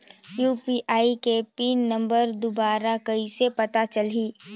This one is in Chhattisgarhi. यू.पी.आई के पिन नम्बर दुबारा कइसे पता चलही?